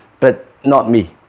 but not me.